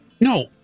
No